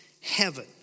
heaven